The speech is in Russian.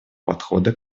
подхода